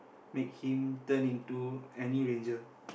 make him turn into any ranger